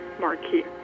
marquee